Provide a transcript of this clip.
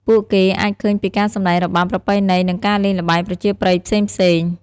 ពួកគេអាចឃើញពីការសម្ដែងរបាំប្រពៃណីនិងការលេងល្បែងប្រជាប្រិយផ្សេងៗ។